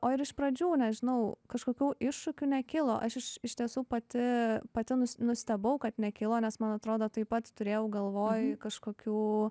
o ir iš pradžių nežinau kažkokių iššūkių nekilo aš iš tiesų pati pati nustebau kad nekilo nes man atrodo taip pat turėjau galvoj kažkokių